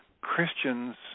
Christian's